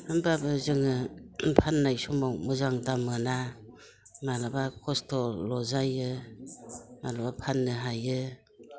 होमब्लाबो जोङो फाननाय समाव मोजां दाम मोना माब्लाबा खस्थ'ल' जायो माब्लाबा फाननो हायो